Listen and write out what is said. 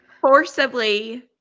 Forcibly